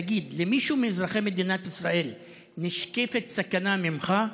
תגיד, למישהו מאזרחי מדינת ישראל נשקפת סכנה ממך?